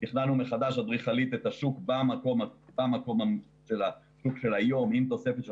תכננו מחדש אדריכלית את השוק במקום עם תוספת של